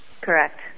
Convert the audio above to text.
Correct